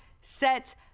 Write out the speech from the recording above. set